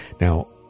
Now